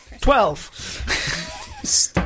Twelve